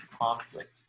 conflict